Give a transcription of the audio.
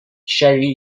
sherry